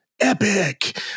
Epic